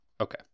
Okay